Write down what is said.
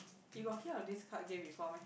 you got hear of this card game before meh